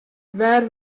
wêr